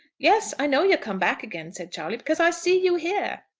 yes i know you're come back again, said charley, because i see you here.